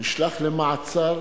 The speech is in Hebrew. הוא נשלח למעצר.